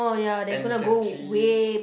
ancestry